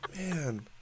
man